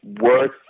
worth